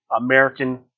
American